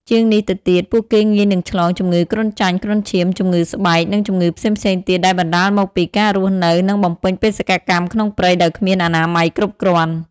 ជាងនេះទៅទៀត ពួកគេងាយនឹងឆ្លង ជំងឺគ្រុនចាញ់ គ្រុនឈាម ជំងឺស្បែក និងជំងឺផ្សេងៗទៀតដែលបណ្ដាលមកពីការរស់នៅ និងបំពេញបេសកកម្មក្នុងព្រៃដោយគ្មានអនាម័យគ្រប់គ្រាន់។